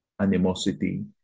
animosity